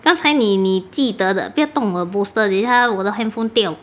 刚才你你记得的不要动我的 bolster 等一下我的 handphone 掉